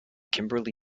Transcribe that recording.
kimberly